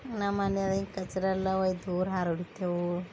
ನಮ್ಮನೆಗಿನ ಕಚ್ರ ಎಲ್ಲ ಒಯ್ದು ದೂರ ಹಾರಿಡ್ತೇವು